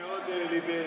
הם תורניים,